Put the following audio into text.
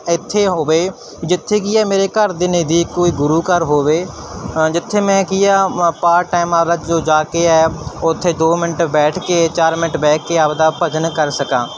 ਇੱਥੇ ਹੋਵੇ ਜਿੱਥੇ ਕੀ ਹੈ ਮੇਰੇ ਘਰ ਦੇ ਨਜ਼ਦੀਕ ਕੋਈ ਗੁਰੂ ਘਰ ਹੋਵੇ ਜਿੱਥੇ ਮੈਂ ਕੀ ਆ ਪਾਰਟ ਟਾਈਮ ਆਪਦਾ ਜੋ ਜਾ ਕੇ ਹੈ ਉੱਥੇ ਦੋ ਮਿੰਟ ਬੈਠ ਕੇ ਚਾਰ ਮਿੰਟ ਬਹਿ ਕੇ ਆਪਦਾ ਭਜਨ ਕਰ ਸਕਾਂ